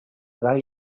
gall